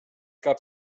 gab